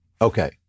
Okay